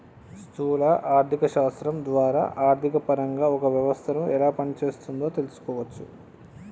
స్థూల ఆర్థిక శాస్త్రం ద్వారా ఆర్థికపరంగా ఒక వ్యవస్థను ఎలా పనిచేస్తోందో తెలుసుకోవచ్చు